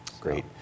Great